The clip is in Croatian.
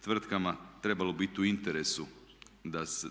tvrtkama, trebalo biti u interesu